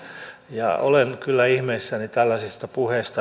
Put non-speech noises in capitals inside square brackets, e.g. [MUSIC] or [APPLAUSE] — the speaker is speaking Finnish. olen kyllä ihmeissäni tällaisista puheista [UNINTELLIGIBLE]